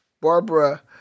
Barbara